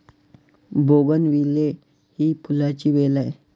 bougainvillea ही फुलांची वेल आहे